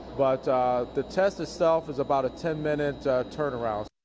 but the test itself is about a ten minute turnaround.